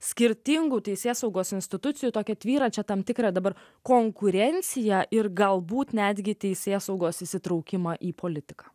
skirtingų teisėsaugos institucijų tokią tvyrančią tam tikrą dabar konkurenciją ir galbūt netgi teisėsaugos įsitraukimą į politiką